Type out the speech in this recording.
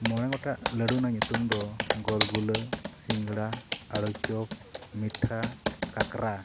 ᱢᱚᱬᱮ ᱜᱚᱴᱟᱜ ᱞᱟᱹᱰᱩ ᱨᱮᱭᱟᱜ ᱧᱩᱛᱩᱢ ᱫᱚ ᱜᱳᱞᱜᱩᱞᱟᱹ ᱥᱤᱜᱟᱹᱲᱟ ᱟᱹᱲᱩ ᱪᱚᱯ ᱢᱤᱴᱷᱟ ᱠᱟᱠᱲᱟ